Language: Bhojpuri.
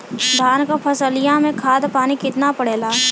धान क फसलिया मे खाद पानी कितना पड़े ला?